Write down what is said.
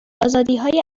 آزادیهای